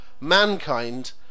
Mankind